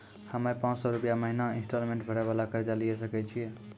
हम्मय पांच सौ रुपिया महीना इंस्टॉलमेंट भरे वाला कर्जा लिये सकय छियै?